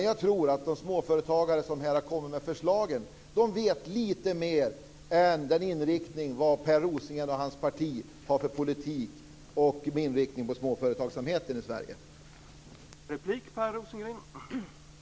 Jag tror att de småföretagare som här har kommit med förslagen vet lite mer än vad Per Rosengren och hans parti gör med den politik som de för och med den inriktning på småföretagsamheten i Sverige som de har.